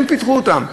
הן פיתחו אותם.